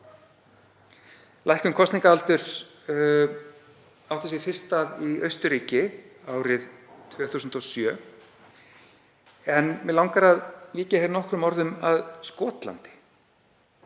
Lækkun kosningaaldurs átti sér fyrst stað í Austurríki árið 2007 en mig langar að víkja nokkrum orðum að Skotlandi